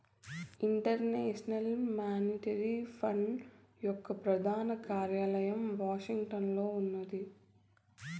international monetary fund యొక్క ప్రధాన కార్యాలయం వాషింగ్టన్లో ఉన్నాది